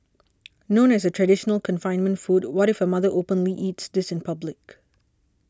known as a traditional confinement food what if a mother openly eats this in public